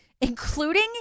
including